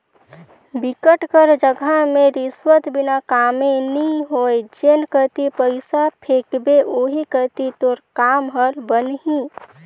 बिकट कर जघा में रिस्वत बिना कामे नी होय जेन कती पइसा फेंकबे ओही कती तोर काम हर बनही